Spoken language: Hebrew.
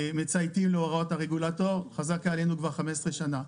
מצייתים להוראות הרגולטור, חזקה עלינו כבר 15 שנה.